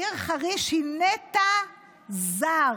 העיר חריש היא נטע זר